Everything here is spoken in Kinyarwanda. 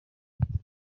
yasize